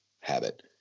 habit